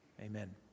Amen